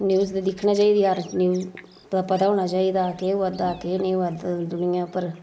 news ते दिक्खना चाहिदी हर इक न्यूज दा पता होना चाहिदा केह् होआ दा केह् नेईं होआ दा दुनिया उप्पर